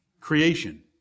Creation